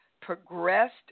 progressed